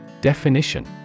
Definition